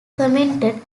commented